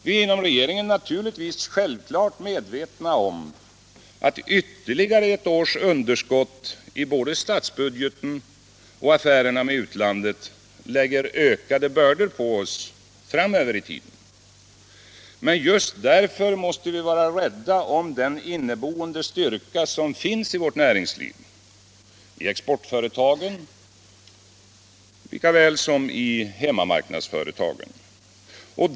Vi är inom regeringen självklart medvetna om att ytterligare ett års underskott i både statsbudgeten och affärerna med utlandet lägger ökade bördor på oss framöver. Men just därför måste vi vara rädda om den inneboende styrka som finns i vårt näringsliv, i exportföretagen lika väl som i hemmamarknadsföretagen.